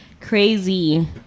crazy